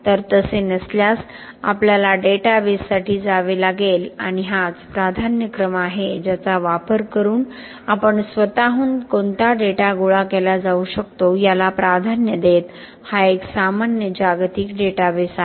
तसे नसल्यास आपल्याला डेटाबेससाठी जावे लागेल आणि हाच प्राधान्यक्रम आहे ज्याचा वापर करून आपण स्वतःहून कोणता डेटा गोळा केला जाऊ शकतो याला प्राधान्य देत हा एक सामान्य जागतिक डेटाबेस आहे